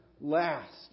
last